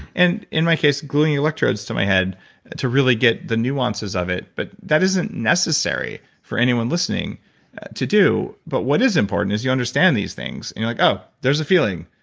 and in my case, gluing electrodes to my head to really get the nuances of it, but that isn't necessary for anyone listening to do. but what is important is you understand these things. you're like, oh, there's a feeling.